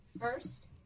first